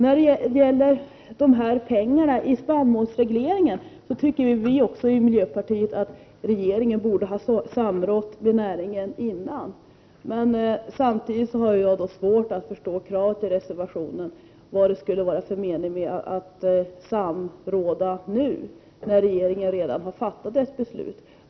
När det gäller pengarna i spannmålsregleringen tycker vi i miljöpartiet att regeringen borde ha samrått med näringen i förväg. Samtidigt har jag svårt att förstå kravet i reservationen. Vad skulle det vara för mening med att samråda nu, när regeringen redan har fattat beslut?